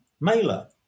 Mailer